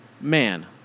Man